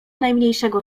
najmniejszego